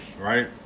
right